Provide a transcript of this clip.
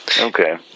Okay